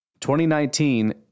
2019